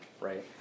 right